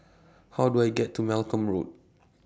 How Do I get to Malcolm Road